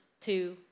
two